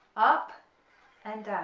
up and